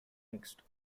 mixed